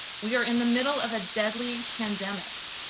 we are in the middle of a deadly pandemic.